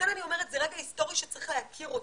לכן אני אומרת שזה רגע היסטורי שצריך להכיר אותו.